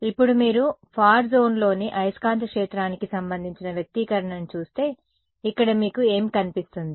ఇప్పుడు మీరు ఫార్ జోన్లోని అయస్కాంత క్షేత్రానికి సంబంధించిన వ్యక్తీకరణను చూస్తే ఇక్కడ మీకు ఏమి కనిపిస్తుంది